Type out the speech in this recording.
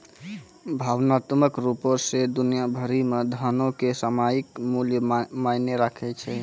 भावनात्मक रुपो से दुनिया भरि मे धनो के सामयिक मूल्य मायने राखै छै